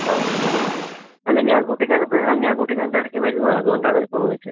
ആ അല്ല ഞാൻ കുട്ടിക്കാനത്ത് ആ ഞാൻ കുട്ടിക്കാനത്തിടയ്ക്ക് വരുന്നതാണ് അതുകൊണ്ടാണ് ഇപ്പോൾ വിളിച്ചത്